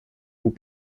vous